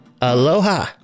Aloha